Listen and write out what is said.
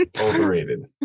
Overrated